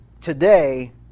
today